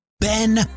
Ben